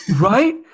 Right